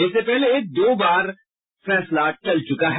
इससे पहले दो बार फैसला टल चुका है